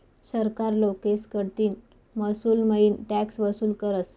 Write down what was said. सरकार लोकेस कडतीन महसूलमईन टॅक्स वसूल करस